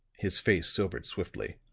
his face sobered swiftly.